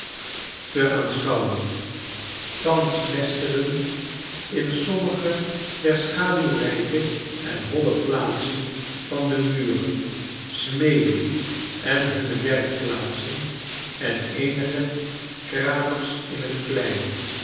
te aanschouwen thans nestelen in sommige der schaduwrijke en nolle plaatsen van de muren smeden en hunne werkplaatsen en eenige kramers in het klein